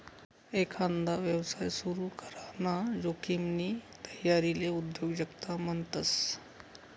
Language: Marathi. एकांदा यवसाय सुरू कराना जोखिमनी तयारीले उद्योजकता म्हणतस